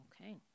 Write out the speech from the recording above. Okay